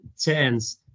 chance